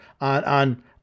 On